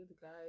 guys